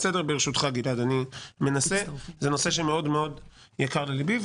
זה נושא שמאוד יקר לליבי.